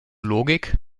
logik